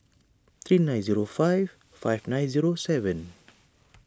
three nine zero five five nine zero seven